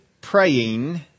praying